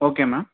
okay ma'am